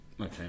okay